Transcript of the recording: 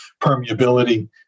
permeability